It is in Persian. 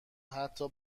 حتی